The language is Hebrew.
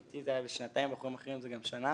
איתי זה היה שנתיים, עם אחרים זה גם שנה.